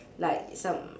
like some~